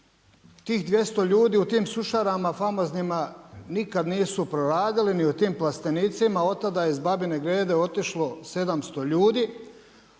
Tih 200 ljudi u tim sušarama famoznima nikad nisu proradili ni u tim plastenicima. Od tada je iz Babine Grede otišlo 700 ljudi,